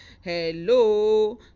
Hello